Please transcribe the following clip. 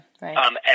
right